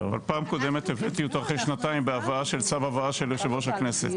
פעם קודמת הבאתי אותו אחרי שנתיים בהבאה של צו הבאה של יושב ראש הכנסת,